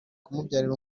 kumubyarira